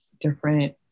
different